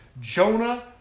Jonah